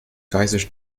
geysers